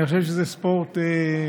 אני חושב שזה ספורט מהנה,